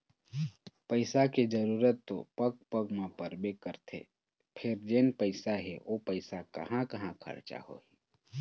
पइसा के जरूरत तो पग पग म परबे करथे फेर जेन पइसा हे ओ पइसा कहाँ कहाँ खरचा होही